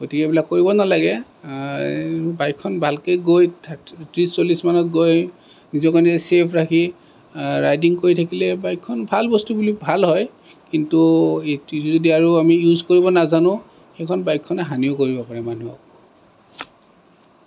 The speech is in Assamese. গতিকে এইবিলাক কৰিব নালাগে বাইকখন ভালকে গৈ ত্ৰিছ চল্লিছমানত গৈ নিজকে নিজে ছেফ ৰাখি ৰাইদিং কৰি থাকিলে বাইকখন ভাল বস্তু বুলি ভাল হয় কিন্তু এইটো যদি আৰু আমি ইউজ কৰিব নাজানো সেইখন বাইকখনে হানিও কৰিব পাৰে মানুহক